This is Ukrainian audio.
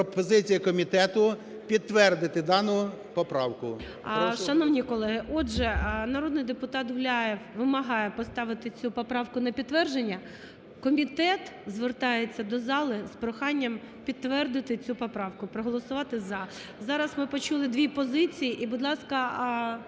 пропозиція комітету підтвердити дану поправку. ГОЛОВУЮЧИЙ. Шановні колеги, отже, народний депутат Гуляєв вимагає поставити цю поправку на підтвердження. Комітет звертається до зали з проханням підтвердити цю поправку, проголосувати "за". Зараз ми почули дві позиції і, будь ласка,